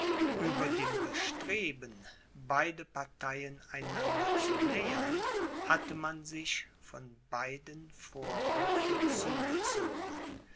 ueber dem bestreben beide parteien einander zu nähern hatte man sich von beiden vorwürfe zugezogen